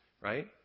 right